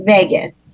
Vegas